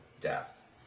death